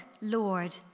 Lord